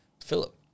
Philip